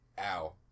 ow